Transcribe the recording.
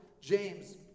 James